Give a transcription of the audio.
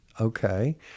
okay